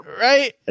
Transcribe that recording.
Right